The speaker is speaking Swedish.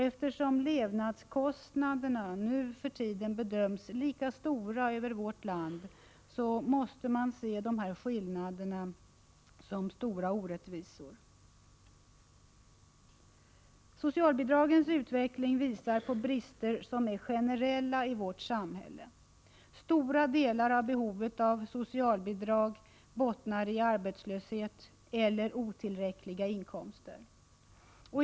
Eftersom levnadskostnaderna nu för tiden bedöms vara lika stor över hela vårt land, måste man se dessa skillnader som en stor orättvisa. Socialbidragens utveckling visar på brister som är generella i vårt samhälle. Stora delar av behovet av socialbidrag bottnar i arbetslöshet eller otillräckliga inkomster.